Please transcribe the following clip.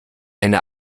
eine